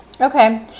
Okay